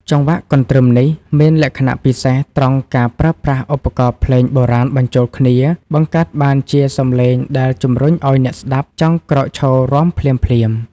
ចង្វាក់កន្ទ្រឹមនេះមានលក្ខណៈពិសេសត្រង់ការប្រើប្រាស់ឧបករណ៍ភ្លេងបុរាណបញ្ចូលគ្នា បង្កើតបានជាសម្លេងដែលជំរុញឱ្យអ្នកស្តាប់ចង់ក្រោកឈររាំភ្លាមៗ។